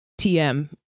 tm